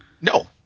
No